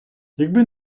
якби